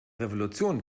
revolution